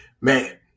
Man